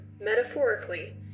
metaphorically